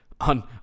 on